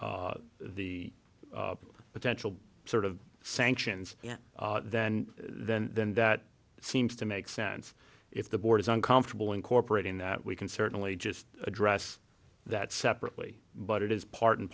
the potential sort of sanctions then then then that seems to make sense if the board is uncomfortable incorporating that we can certainly just address that separately but it is part and